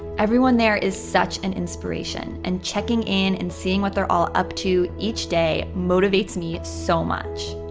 everyone there is such an inspiration and checking in and seeing what they're all up to each day motivates me so much.